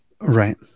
Right